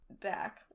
back